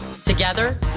Together